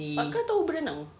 but kau tahu berenang